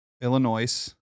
Illinois